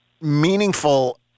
meaningful